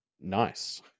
nice